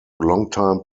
longtime